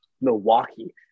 Milwaukee